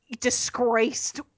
disgraced